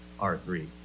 R3